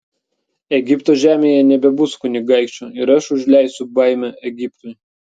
egipto žemėje nebebus kunigaikščio ir aš užleisiu baimę egiptui